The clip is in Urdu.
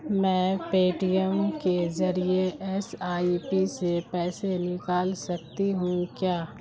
میں پے ٹی ایم کے ذریعے ایس آئی پی سے پیسے نکال سکتی ہوں کیا